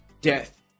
death